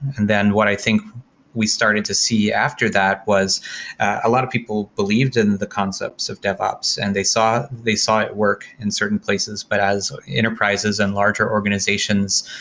and then what i think we started to see after that was a lot of people believed in the concepts of devops and they saw they saw it work in certain places, but as enterprises and larger organizations,